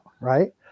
right